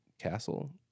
castle